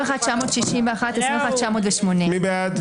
21,961 עד 21,980. מי בעד?